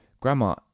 Grandma